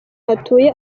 hatuye